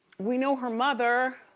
we know her mother